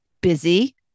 busy